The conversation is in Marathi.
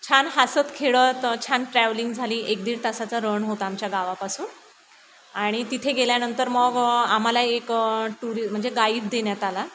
छान हसत खेळत छान ट्रॅव्हलिंग झाली एक दीड तासाचं रण होतं आमच्या गावापासून आणि तिथे गेल्यानंतर मग आम्हाला एक टुरि म्हणजे गाईड देण्यात आला